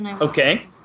okay